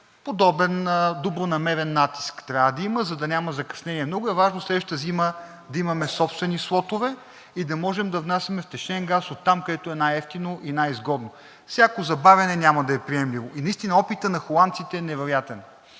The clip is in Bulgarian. Подобен добронамерен натиск трябва да има, за да няма закъснение. Много е важно следващата зима да имаме собствени слотове и да можем да внасяме втечнен газ оттам, откъдето е най-евтино и най-изгодно. Всяко забавяне няма да е приемливо. Наистина опитът на холандците е невероятен.